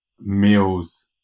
meals